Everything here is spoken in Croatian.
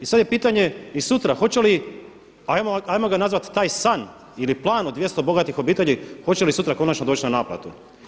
I sad je pitanje i sutra hoće li, hajmo ga nazvati taj san ili plan od 200 bogatih obitelji hoće li sutra konačno doći na naplatu.